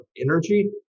energy